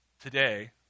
today